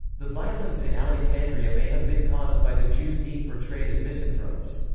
the violence in alexandria may have been caused by the jews being portrayed as misanthropes.